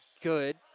good